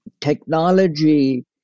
technology